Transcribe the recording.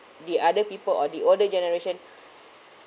the other people or the older generation